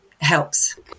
helps